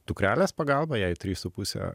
dukrelės pagalba jai trys su puse